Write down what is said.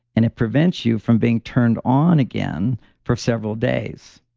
and it prevents you from being turned on again for several days.